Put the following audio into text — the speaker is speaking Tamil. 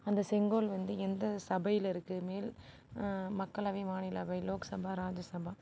அந்த செங்கோல் வந்து எந்த சபையில் இருக்குது மேல் மக்களவை மாநிலவை லோக்சபா ராஜசபா